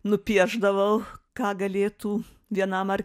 nupiešdavau ką galėtų vienam ar